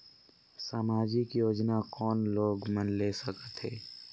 समाजिक योजना कोन लोग मन ले सकथे?